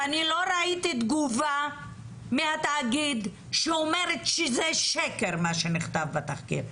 ואני לא ראיתי תגובה מהתאגיד שאומרת שזה שקר מה שנכתב בתחקיר,